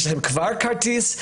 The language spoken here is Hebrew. כבר יש להם כרטיס,